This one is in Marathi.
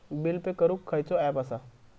बिल पे करूक खैचो ऍप असा?